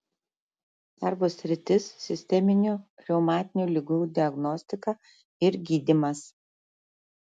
darbo sritis sisteminių reumatinių ligų diagnostika ir gydymas